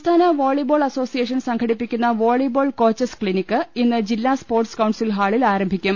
സംസ്ഥാന volleyball association സ്യംഘടിപ്പിക്കുന്ന volleyball coaches clinic ഇന്ന് ജില്ലാ സ് പോർട് സ് കൌൺസിൽ ഹാളിൽ ആരംഭിക്കും